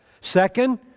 Second